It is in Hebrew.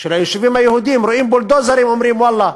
שביישובים היהודיים רואים בולדוזר, אומרים: ואללה,